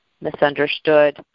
misunderstood